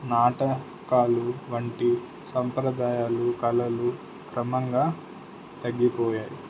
నాటకాలు వంటి సంప్రదాయాలు కళలు క్రమంగా తగ్గిపోయాయి